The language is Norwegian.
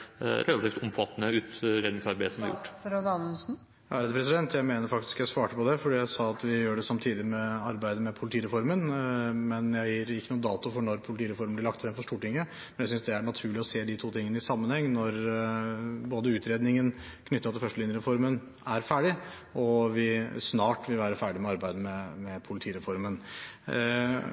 Jeg mener faktisk at jeg svarte på det, for jeg sa at vi gjør det samtidig med arbeidet med politireformen. Jeg gir ikke noen dato for når politireformen blir lagt frem for Stortinget, men jeg synes det er naturlig å se de to tingene i sammenheng når både utredningen knyttet til førstelinjereformen er ferdig og vi snart vil være ferdig med arbeidet med politireformen.